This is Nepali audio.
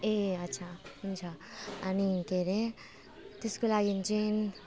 ए अच्छा हुन्छ अनि के अरे त्यसको लागि चाहिँ